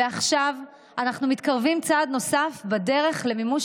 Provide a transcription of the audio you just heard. ועכשיו אנחנו מתקרבים צעד נוסף בדרך למימוש